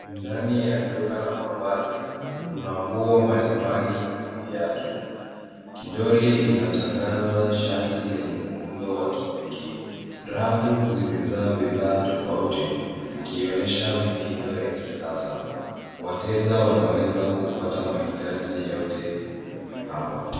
Ndani ya duka la mavazi. Kuna nguo mbalimbali na viatu. Kidoli inatangaza shati lenye muundo wa kipekee. Rafu zimejaa bidhaa tofauti zikionyesha mitindo ya kisasa. Wateja wanaweza kupata mahitaji yote hapa.